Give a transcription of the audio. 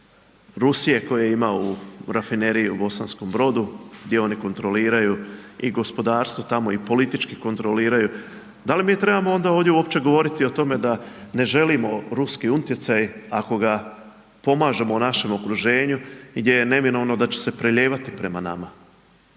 Rusije koje ima u rafineriji u Bosanskom Brodu gdje oni kontroliraju i gospodarstvo tamo i politički kontroliraju, da li mi trebamo onda ovdje govoriti o tome da ne želimo ruski utjecaj ako ga pomažemo u našem okruženju gdje je neminovno da će se prelijevati prema nama.